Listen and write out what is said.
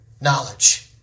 Knowledge